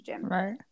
right